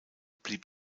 blieb